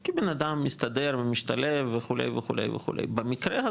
כי בנאדם מסתדר ומשתלב וכו' וכו' וכו',